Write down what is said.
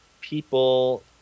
people